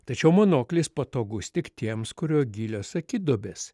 tačiau monoklis patogus tik tiems kurio gilios akiduobės